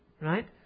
Right